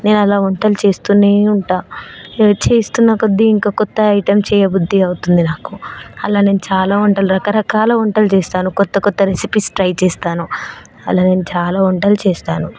నేను అలా వంటలు చేస్తూనే ఉంటా చేస్తున్న కొద్ది ఇంకా కొత్త ఐటెం చేయ బుద్ధి అవుతుంది నాకు అలా నేను చాలా వంటలు రకరకాల వంటలు చేస్తాను కొత్త కొత్త రెసిపీస్ ట్రై చేస్తాను అలా నేను చాలా వంటలు చేస్తాను